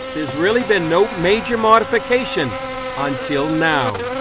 there has really been no major modification until now.